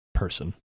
Person